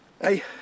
Hey